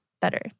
better